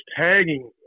tagging